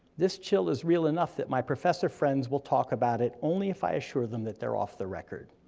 this chill is real enough that my professor friends will talk about it only if i assure them that they're off the record.